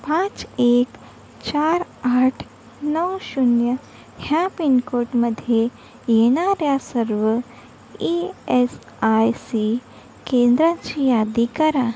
पाच एक चार आठ नऊ शून्य ह्या पिनकोटमध्ये येणाऱ्या सर्व ई एस आय सी केंद्राची यादी करा